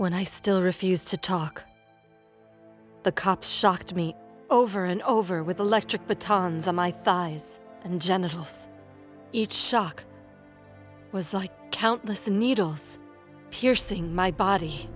when i still refused to talk the cops shocked me over and over with electric but tons of my thighs and genitals each shock was like countless needles piercing my body